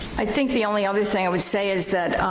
i think the only other thing i would say is that